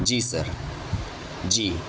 جی sir جی